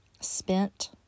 Spent